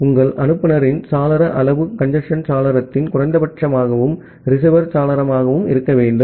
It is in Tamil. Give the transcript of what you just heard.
ஆகவே உங்கள் அனுப்புநரின் சாளர அளவு கஞ்சேஸ்ன் சாளரத்தின் குறைந்தபட்சமாகவும் ரிசீவர் சாளரமாகவும் இருக்க வேண்டும்